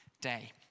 day